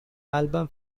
album